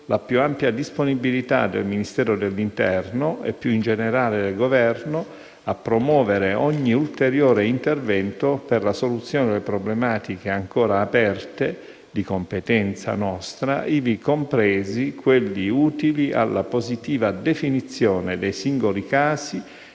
la più ampia disponibilità del Ministero dell'interno e, più in generale, del Governo a promuovere ogni ulteriore intervento per la soluzione delle problematiche ancora aperte di competenza, ivi compresi quelli utili alla positiva definizione dei singoli casi